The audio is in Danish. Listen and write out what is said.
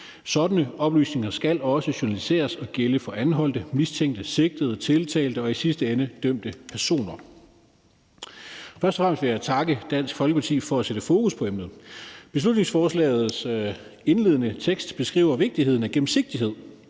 Sådanne oplysninger skal også journaliseres, og de skal gælde for anholdte, mistænkte, sigtede, tiltalte og i sidste ende dømte personer. Først og fremmest vil jeg takke Dansk Folkeparti for at sætte fokus på emnet. Beslutningsforslagets indledende tekst beskriver vigtigheden af gennemsigtighed